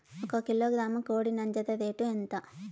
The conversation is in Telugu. ఒక కిలోగ్రాము కోడి నంజర రేటు ఎంత?